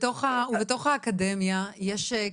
בתוך האקדמיה יש,